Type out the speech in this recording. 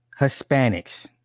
hispanics